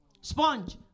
sponge